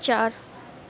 چار